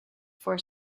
for